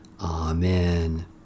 Amen